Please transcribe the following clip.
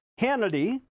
Hannity